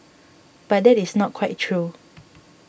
but that is not quite true